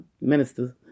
ministers